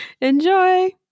Enjoy